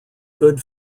good